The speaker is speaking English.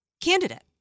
candidate